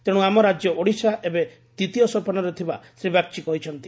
ତେଣୁ ଆମ ରାକ୍ୟ ଓଡ଼ିଶା ଏବେ ଦିତୀୟ ସୋପାନରେ ଥିବା ଶ୍ରୀ ବାଗ୍ଚୀ କହିଛନ୍ତି